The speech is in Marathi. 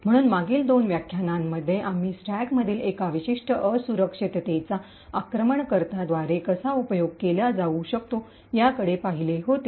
म्हणून मागील दोन व्याख्यानांमध्ये आम्ही स्टॅकमधील एका विशिष्ट असुरक्षतेचा आक्रमणकर्ता अटैकर द्वारे कसा उपयोग केला जाऊ शकतो याकडे पाहिले होते